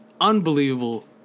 unbelievable